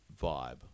vibe